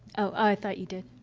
oh, i thought you did.